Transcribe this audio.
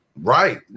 Right